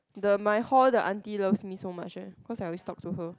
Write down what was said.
the my hall the aunty loves me so much eh cause I always talk to her